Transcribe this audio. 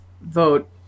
vote